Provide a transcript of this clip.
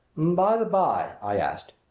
by the by, i asked,